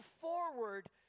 forward